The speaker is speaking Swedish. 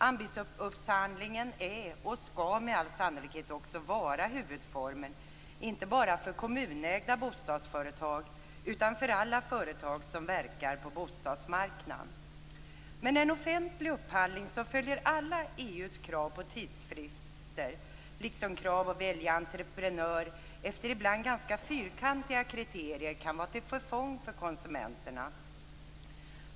Anbudsupphandlingen är och skall med all sannolikhet också vara huvudformen, inte bara för kommunägda bostadsföretag utan för alla företag som verkar på bostadsmarknaden. Men en offentlig upphandling som följer alla EU:s krav på tidsfrister, liksom krav på att få välja entreprenör efter ibland ganska fyrkantiga kriterier, kan vara till förfång för konsumenterna.